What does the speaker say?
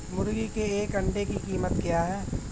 मुर्गी के एक अंडे की कीमत क्या है?